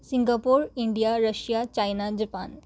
Singapore India Russia China Japan